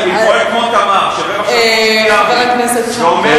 עם פרויקט כמו,